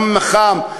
גם בחום,